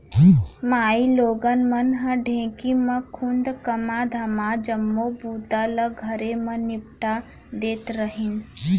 माइलोगन मन ह ढेंकी म खुंद कमा धमाके जम्मो बूता ल घरे म निपटा देत रहिन